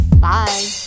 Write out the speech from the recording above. Bye